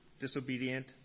disobedient